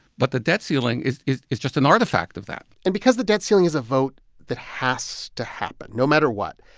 but the debt ceiling is is just an artifact of that and because the debt ceiling is a vote that has to happen no matter what,